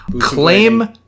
claim